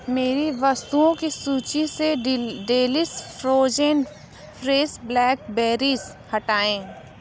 मेरी वस्तुओं की सूची से डेलिस फ़्रोजेन फ़्रेस ब्लैकबैरीज़ हटाएँ